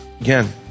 Again